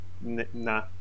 Nah